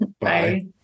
Bye